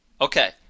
Okay